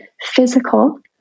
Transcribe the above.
physical